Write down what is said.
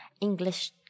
English